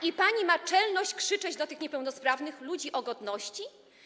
I pani ma czelność krzyczeć do tych niepełnosprawnych ludzi o godności?